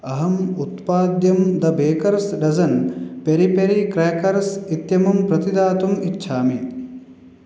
अहम् उत्पाद्यं the baker's dozen peri peri crackers इत्यमुं प्रतिदातुम् इच्छामि